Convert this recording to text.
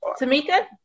Tamika